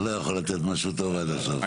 אתה לא יכול לתת משהו טוב עד הסוף.